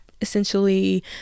essentially